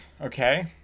okay